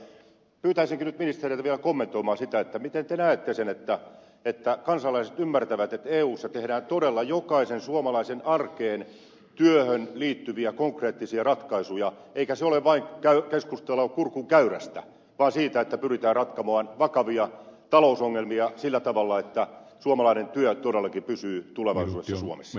pyytäisinkin nyt ministereitä vielä kommentoimaan sitä miten te näette sen että kansalaiset ymmärtävät että eussa tehdään todella jokaisen suomalaisen arkeen työhön liittyviä konkreettisia ratkaisuja eikä se ole vain keskustelua kurkun käyryydestä vaan siitä että pyritään ratkomaan vakavia talousongelmia sillä tavalla että suomalainen työ todellakin pysyy tulevaisuudessa suomessa